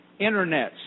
internets